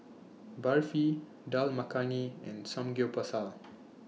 Barfi Dal Makhani and Samgyeopsal